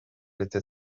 était